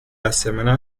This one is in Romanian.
asemenea